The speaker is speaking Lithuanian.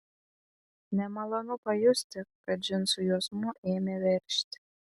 nemalonu pajusti kad džinsų juosmuo ėmė veržti